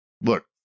look